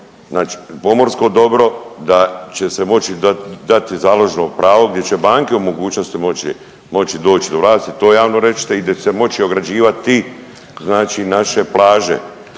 znači pomorsko dobro da će se moći dati založno pravo gdje će banke u mogućnosti moći, moći doći do vlasti, to javno rečite i gdje će se moći ograđivati znači naše